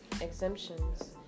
exemptions